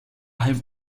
have